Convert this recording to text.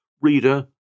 Reader